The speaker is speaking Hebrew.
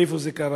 מאיפה זה קרה.